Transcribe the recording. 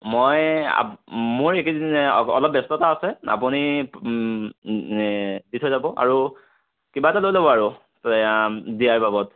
মই মোৰ এইকেইদিন অল অলপ ব্যস্ততা আছে আপুনি দি থৈ যাব আৰু কিবা এটা লৈ ল'ব আৰু দিয়াৰ বাবদ